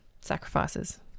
sacrifices